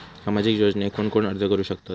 सामाजिक योजनेक कोण कोण अर्ज करू शकतत?